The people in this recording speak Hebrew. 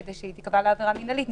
כדי שהיא תיקבע כעברה מינהלית,